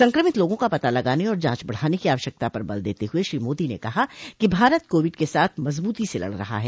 संक्रमित लोगों का पता लगाने और जांच बढाने की आवश्यकता पर बल देते हुए श्री मोदी ने कहा कि भारत कोविड के साथ मजबूती से लड रहा है